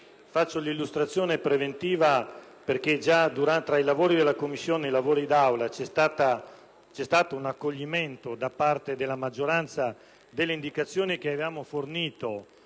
un'illustrazione preventiva, perché tra i lavori di Commissione e quelli d'Aula vi è già stato un accoglimento, da parte della maggioranza, delle indicazioni che avevamo fornite